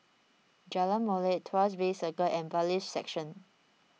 Jalan Molek Tuas Bay Circle and Bailiffs' Section